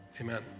Amen